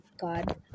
God